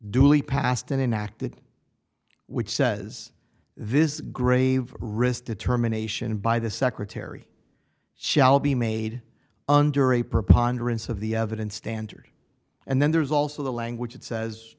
duly passed and enacted which says this grave risk determination by the secretary shall be made under a preponderance of the evidence standard and then there's also the language that says